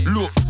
Look